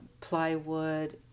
plywood